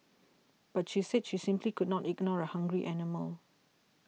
but she said she simply could not ignore a hungry animal